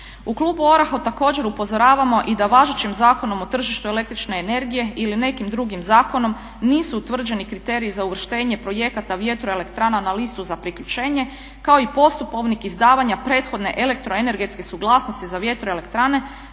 U klubu ORaH-a također upozoravamo i da važećim Zakonom o tržištu električne energije ili nekim drugim zakonom nisu utvrđeni kriteriji za uvrštenje projekata vjetroelektrana na listu za priključenje kao i postupovnik izdavanja prethodne elektroenergetske suglasnosti za vjetroelektrane